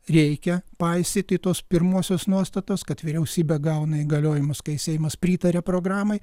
reikia paisyti tos pirmosios nuostatos kad vyriausybė gauna įgaliojimus kai seimas pritaria programai